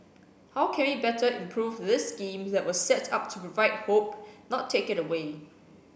how can we better improve this scheme that was set up to provide hope not take it away